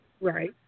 Right